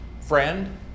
friend